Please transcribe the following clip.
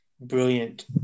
brilliant